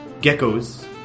geckos